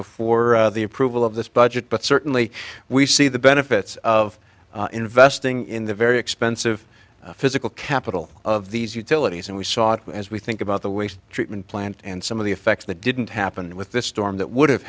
before the approval of this budget but certainly we see the benefits of investing in the very expensive physical capital of these utilities and we saw it as we think about the waste treatment plant and some of the effects that didn't happen with this storm that would have